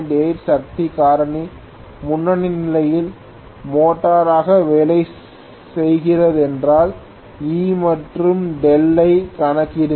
8 சக்தி காரணி முன்னணி நிலையில் மோட்டாராக வேலை செய்கிறதென்றால் E மற்றும் δ ஐக் கணக்கிடுங்கள்